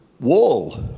wall